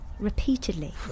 Repeatedly